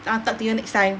I talk to you next time